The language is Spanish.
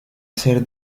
ser